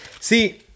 See